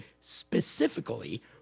specifically